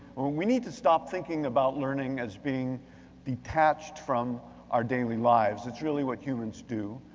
we need to stop thinking about learning as being detached from our daily lives. it's really what humans do.